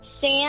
Sam